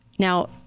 Now